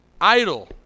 Idle